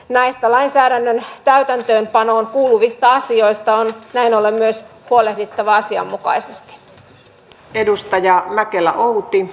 näistä lainsäädännön täytäntöönpanoon kuuluvista asioista on näin ollen myös huolehdittava asianmukaisesti